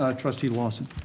ah trustee lawson.